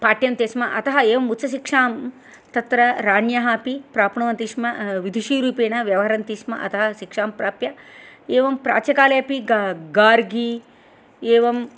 पाठ्यन्ते स्म अतः एवम् उच्चशिक्षां तत्र राण्यः अपि प्राप्नुवन्ति स्म विदुषीरूपेण व्यवहरन्ति स्म अतः शिक्षां प्राप्य एवं प्राच्यकालेऽपि गार्गी एवं